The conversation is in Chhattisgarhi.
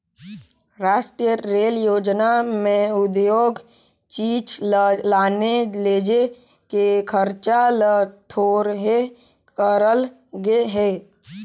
रास्टीय रेल योजना में उद्योग चीच ल लाने लेजे के खरचा ल थोरहें करल गे हे